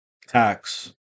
tax